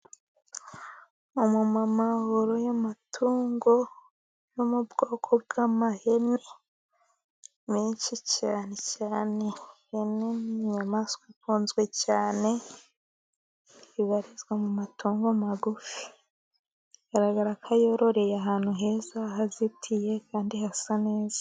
Umu mama woroye amatungo yo mu bwoko bw'amahene menshi cyane cyane, ihene ni inyamaswa ikunzwe cyane, ibarizwa mu matungo magufi, igaragara ko yororewe ahantu heza, hazitiye kandi hasa neza.